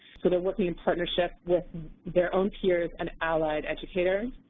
so they're working in partnership with their own peers and allied educators.